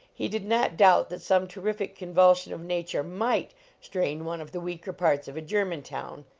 he did not doubt that some terrific convulsion of nature might strain one of the weaker parts of a german town.